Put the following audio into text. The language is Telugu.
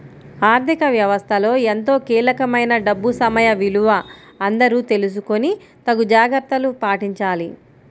ఆర్ధిక వ్యవస్థలో ఎంతో కీలకమైన డబ్బు సమయ విలువ అందరూ తెలుసుకొని తగు జాగర్తలు పాటించాలి